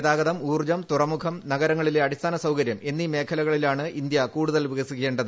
ഗതാഗതം ഊർജ്ജം തുറമുഖം നഗരങ്ങളിലെ അടിസ്ഥാന സൌകര്യം എന്നീ മേഖലകളിലാണ് ഇന്ത്യ കൂടുതൽ വികസിക്കേ ത്